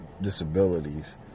disabilities